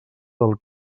del